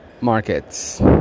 markets